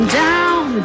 down